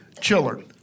Children